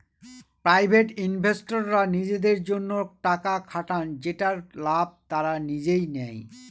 private ইনভেস্টররা নিজেদের জন্য টাকা খাটান যেটার লাভ তারা নিজেই নেয়